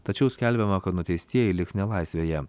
tačiau skelbiama kad nuteistieji liks nelaisvėje